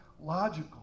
logical